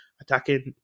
attacking